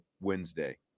Wednesday